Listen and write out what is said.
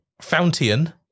Fountain